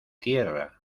tierra